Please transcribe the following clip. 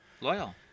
Loyal